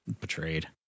betrayed